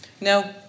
Now